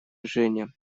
женя